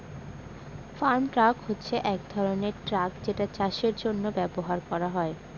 farm truck হচ্ছে এক ধরনের ট্র্যাক যেটা চাষের জন্য ব্যবহার করা হয়